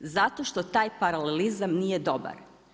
Zato što taj paralelizam nije dobar.